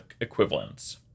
equivalents